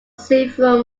several